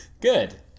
Good